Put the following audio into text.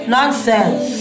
Nonsense